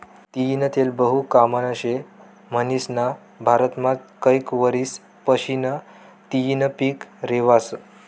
तीयीनं तेल बहु कामनं शे म्हनीसन भारतमा कैक वरीस पाशीन तियीनं पिक ल्हेवास